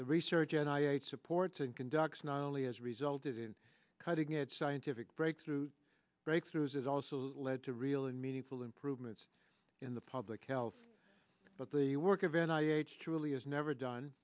the research and i ate supports and conducts not only has resulted in cutting its scientific breakthrough breakthroughs is also led to really meaningful improvements in the public health but the work of an i truly is never done